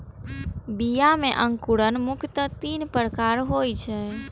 बीया मे अंकुरण मुख्यतः तीन प्रकारक होइ छै